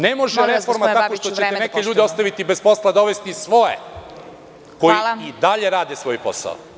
Ne može reforma tako što ćete neke ljude ostaviti bez posla, a dovesti svoje koji i dalje rade svoj posao.